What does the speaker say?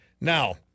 Now